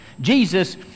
Jesus